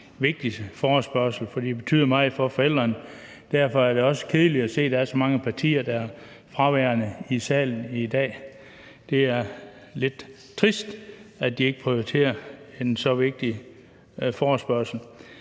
vigtig forespørgsel. Den betyder meget for forældrene. Derfor er det også kedeligt at se, at der er så mange partier, der er fraværende i salen i dag. Det er lidt trist, at de ikke prioriterer en så vigtig forespørgsel.